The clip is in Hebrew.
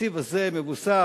התקציב הזה מבוסס